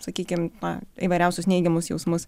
sakykim na įvairiausius neigiamus jausmus